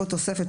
התשפ"ג 2023,